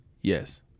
Yes